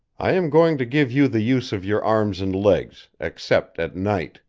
i am going to give you the use of your arms and legs, except at night,